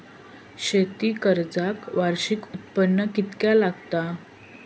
शेती कर्जाक वार्षिक उत्पन्न कितक्या लागता?